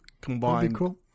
combined